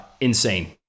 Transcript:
insane